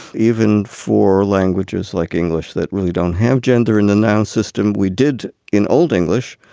even for languages like english that really don't have gender in the noun system, we did in old english,